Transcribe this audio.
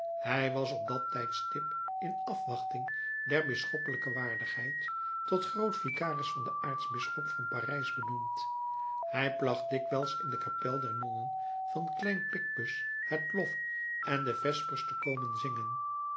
hij was op dat tijdstip in afwachting der bisschoppelijke waardigheid tot groot vicaris van den aartsbisschop van parijs benoemd hij placht dikwijls in de kapel der nonnen van klein picpus het lof en de vespers te komen zingen